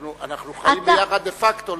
אנחנו חיים ביחד דה-פקטו.